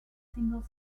single